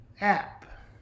app